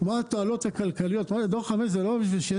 תועלות כלכליות: דור 5 זה לא כדי שלילדים